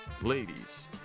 Ladies